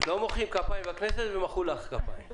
לא מוחאים כפיים בכנסת ומחאו לך כפיים.